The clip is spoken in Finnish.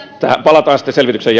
palataan sitten selvityksen